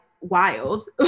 wild